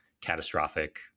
catastrophic